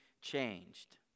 changed